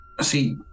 See